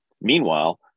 Meanwhile